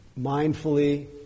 mindfully